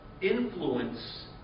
influence